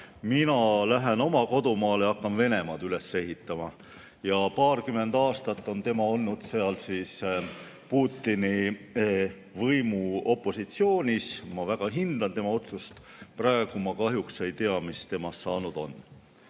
mina lähen oma kodumaale, hakkan Venemaad üles ehitama." Ja paarkümmend aastat on tema olnud seal Putini võimuga opositsioonis. Ma väga hindan tema otsust. Praegu ma kahjuks ei tea, mis temast saanud on. Aga